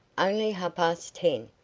only half-past ten.